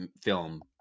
film